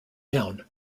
down